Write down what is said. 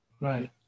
right